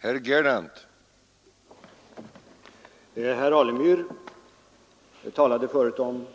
Herr talman! Herr Alemyr talade förut om